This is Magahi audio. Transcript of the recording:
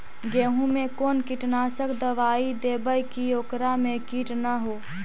गेहूं में कोन कीटनाशक दबाइ देबै कि ओकरा मे किट न हो?